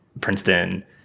Princeton